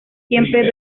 siempre